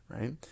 right